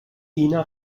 ina